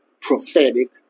prophetic